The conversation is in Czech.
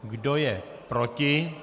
Kdo je proti?